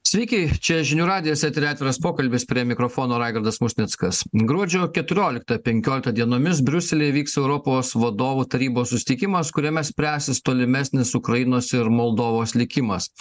sveiki čia žinių radijas eteryje atviras pokalbis prie mikrofono raigardas musnickas gruodžio keturiolika penkiolika dienomis briuselyje vyks europos vadovų tarybos susitikimas kuriame spręsis tolimesnis ukrainos ir moldovos likimas